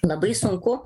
labai sunku